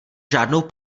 žádnou